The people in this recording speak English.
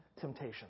temptation